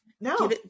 No